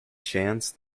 chance